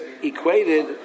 Equated